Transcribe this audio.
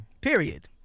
period